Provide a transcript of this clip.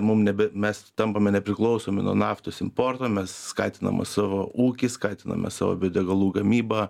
mum nebe mes tampame nepriklausomi nuo naftos importo mes skatiname savo ūkį skatiname savo biodegalų gamybą